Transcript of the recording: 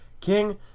King